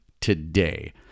today